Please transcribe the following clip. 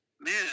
man